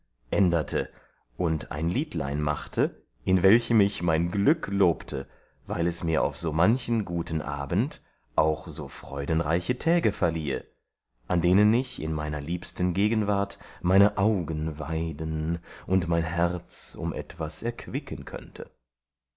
änderte und ein liedlein machte in welchem ich mein glück lobte weil es mir auf so manchen guten abend auch so freudenreiche täge verliehe an denen ich in meiner liebsten gegenwart meine augen waiden und mein herz um etwas erquicken könnte